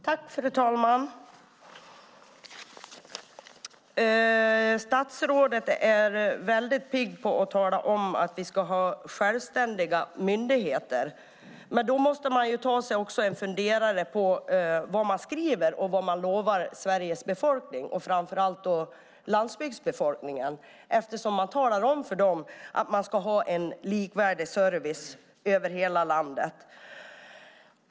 Fru talman! Statsrådet är väldigt pigg på att tala om att vi ska ha självständiga myndigheter. Då måste man också ta sig en funderare på vad man skriver och vad man lovar Sveriges befolkning, och framför allt landsbygdsbefolkningen. Man talar om för dem att man ska ha en likvärdig service över hela landet.